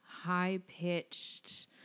high-pitched